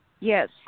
Yes